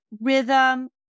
rhythm